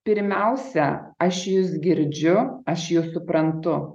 pirmiausia aš jus girdžiu aš jus suprantu